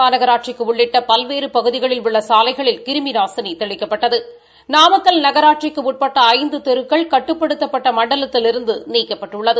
மாநகராட்சிக்கு உள்ளிட்ட பல்வேறு பகுதிகளில் உள்ள சாலைகளில் நாசினி நெல்லை கிருமி தெளிக்கப்பட்டது நாமக்கல் நகராட்சிக்கு உட்பட்ட ஐந்து தெருக்கள் கட்டுப்படுத்தப்பட்ட மண்டலத்திலிருந்து நீக்கப்பட்டுள்ளது